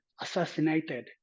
assassinated